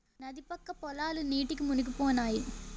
నది పక్క పొలాలు నీటికి మునిగిపోనాయి